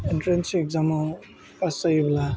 entrance एग्जामाव pass जायोब्ला